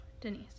Denise